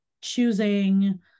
choosing